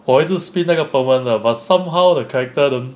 我一直 spin 那个 permanent 的 but somehow the character won't